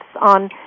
on